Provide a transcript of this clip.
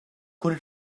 con